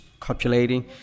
copulating